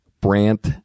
Brant